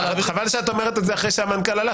רק חבל שאת אומרת את זה אחרי שהמנכ"ל הלך,